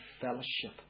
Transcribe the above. fellowship